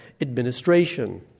administration